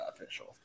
official